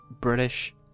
British